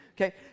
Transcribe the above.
Okay